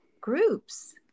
groups